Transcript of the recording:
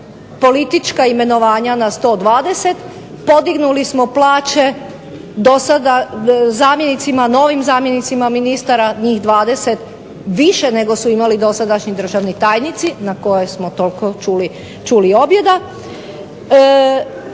politička imenovanja na 120, podignuli smo plaće do sada zamjenicima, novim zamjenicima ministara, njih 20 više nego su imali dosadašnji državni tajnice na koje smo toliko čuli objeda,